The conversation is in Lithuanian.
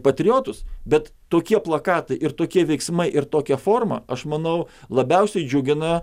patriotus bet tokie plakatai ir tokie veiksmai ir tokia forma aš manau labiausiai džiugina